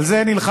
על זה נלחמנו,